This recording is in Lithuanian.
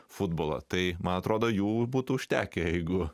futbolą tai man atrodo jog būtų užtekę jeigu